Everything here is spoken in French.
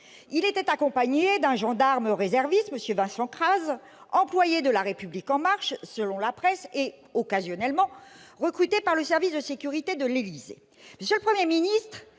était accompagné d'un gendarme réserviste, M. Vincent Crase, employé de La République En Marche, selon la presse, et occasionnellement recruté par le service de sécurité de l'Élysée. Quelle était la mission